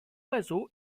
oiseau